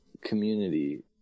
community